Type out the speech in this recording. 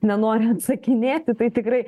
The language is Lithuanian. nenori atsakinėti tai tikrai